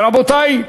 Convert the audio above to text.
רבותי,